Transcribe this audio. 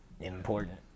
important